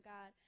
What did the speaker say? God